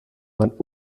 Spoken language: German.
man